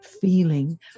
feeling